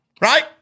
Right